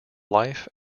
life